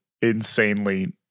insanely